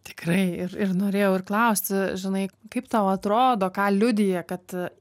tikrai ir ir norėjau ir klausti žinai kaip tau atrodo ką liudija kad